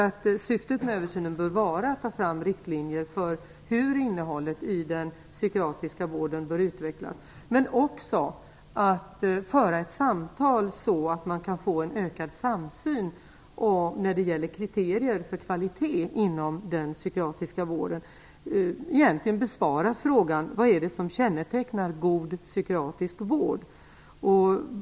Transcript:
Syftet med översynen bör vara att ta fram riktlinjer för hur innehållet i den psykiatriska vården bör utvecklas, men också att föra ett samtal så att det blir en ökad samsyn när det gäller kriterier för kvalitet inom den psykiatriska vården. Egentligen är det fråga om att besvara frågan om vad det är som kännetecknar god psykiatrisk vård.